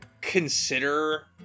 consider